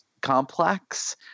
complex